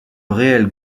réel